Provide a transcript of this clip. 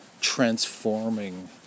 transforming